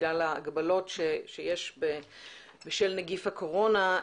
בגלל ההגבלות שיש בשל נגיף הקורונה,